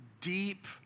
deep